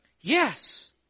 Yes